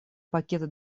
пакета